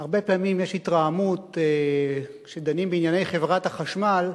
הרבה פעמים יש התרעמות כשדנים בענייני חברת החשמל,